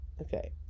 Okay